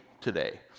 today